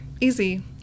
easy